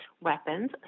weapons